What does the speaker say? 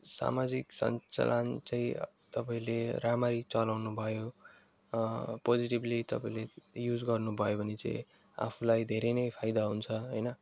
सामाजिक संचालन चाहिँ तपाईँले राम्ररी चलाउनुभयो पोजिटिभली तपाईँले युज गर्नुभयो भने चाहिँ आफूलाई धेरै नै फाइदा हुन्छ होइन